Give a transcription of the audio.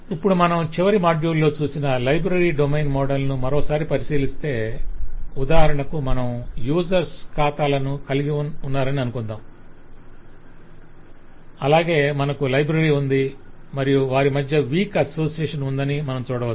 ఇప్పుడు మనం చివరి మాడ్యూల్లో చూసిన లైబ్రరీ డొమైన్ మోడల్ ను మరోసారి పరిశీలిస్తే ఉదాహరణకు మనం యూజర్స్ ఖాతాలను కలిగి ఉన్నారని అనుకుందాం అలాగే మనకు లైబ్రరీ ఉంది మరియు వారి మధ్య వీక్ అసోసియేషన్ ఉందని మనం చూడవచ్చు